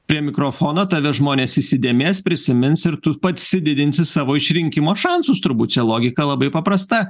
prie mikrofono tave žmonės įsidėmės prisimins ir tu pasididinsi savo išrinkimo šansus turbūt čia logika labai paprasta